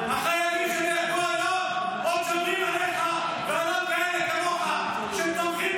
החיילים שנהרגו היום עוד שומרים עליך ועל עוד כאלה כמוך שתומכים